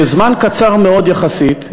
בזמן קצר מאוד יחסית,